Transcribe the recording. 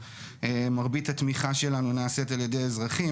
מרבית התמיכה שלנו נעשית על ידי האזרחים,